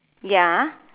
ya